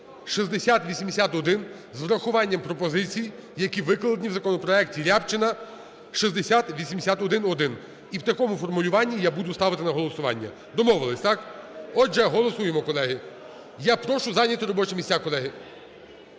6081 з урахуванням пропозицій, які викладені в законопроекті Рябчина 6081-1, і в такому формулюванні я буду ставити на голосування. Домовились, так. Отже, голосуємо, колеги. Я прошу зайняти робочі місця, колеги.